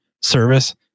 service